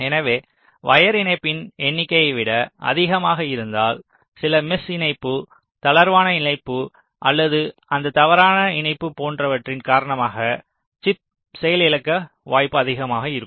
எனவே வயர் இணைப்பின் எண்ணிக்கையை விட அதிகமாக இருந்தால் சில மிஸ் இணைப்பு தளர்வான இணைப்பு அல்லது அந்த தவறான இணைப்பு போன்றவற்றின் காரணமாக சிப் செயல் இழக்க வாய்ப்பு அதிகமாக இருக்கும்